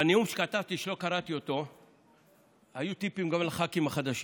בנאום שכתבתי ולא קראתי היו גם טיפים לח"כים החדשים.